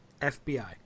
FBI